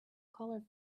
colour